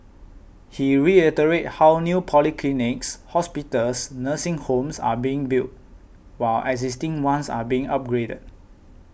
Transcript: he reiterated how new polyclinics hospitals nursing homes are being built while existing ones are being upgraded